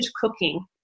cooking